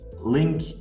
link